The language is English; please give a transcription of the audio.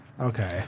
Okay